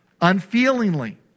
unfeelingly